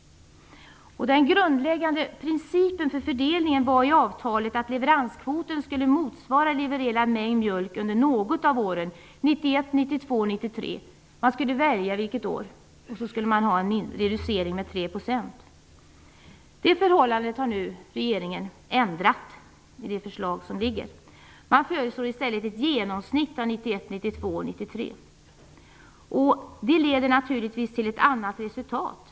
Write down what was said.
Den grundläggande principen för fördelningen var i avtalet att leveranskvoten skulle motsvara levererad mängd mjölk under något av åren 1991, 1992 eller 1993. Man skulle välja ett år, och så skulle man göra en reducering med 3 %. Det förhållandet har nu regeringen ändrat i det förslag som ligger framme. Man föreslår i stället ett genomsnitt av mängden levererad mjölk under 1991, 1992 och 1993. Det leder naturligtvis till ett annat resultat.